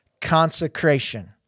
Consecration